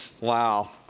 Wow